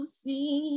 see